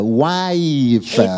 wife